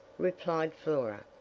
replied flora.